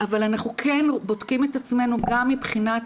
אבל אנחנו כן בודקים את עצמנו גם מבחינת